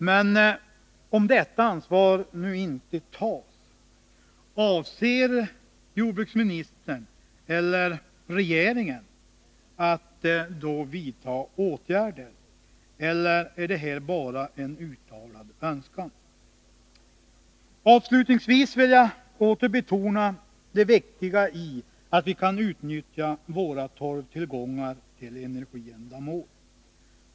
Men om detta ansvar nu inte tas, avser jordbruksministern eller regeringen att då vidta åtgärder, eller är detta bara en uttalad önskan? Avslutningsvis vill jag åter betona det viktiga i att vi kan utnyttja våra torvtillgångar till energiändamål.